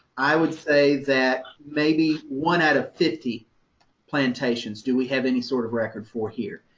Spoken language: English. i would say that maybe one out of fifty plantations, do we have any sort of record for here.